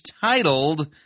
titled